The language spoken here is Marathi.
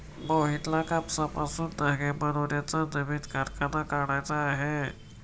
मोहितला कापसापासून धागे बनवण्याचा नवीन कारखाना काढायचा आहे